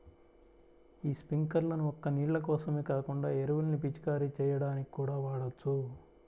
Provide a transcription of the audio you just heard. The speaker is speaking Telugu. యీ స్పింకర్లను ఒక్క నీళ్ళ కోసమే కాకుండా ఎరువుల్ని పిచికారీ చెయ్యడానికి కూడా వాడొచ్చు